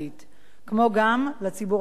כמו גם לציבור החרדי,